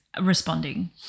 responding